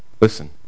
listen